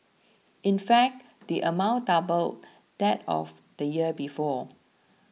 in fact the amount doubled that of the year before